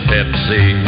Pepsi